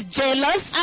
jealous